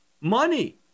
money